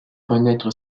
renaître